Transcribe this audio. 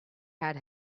had